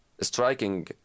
striking